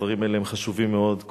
הדברים האלה הם חשובים מאוד,